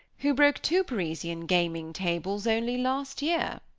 who broke two parisian gaming tables only last year.